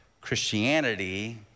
Christianity